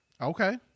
okay